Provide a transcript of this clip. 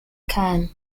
khan